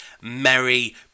merry